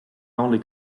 only